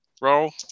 Roll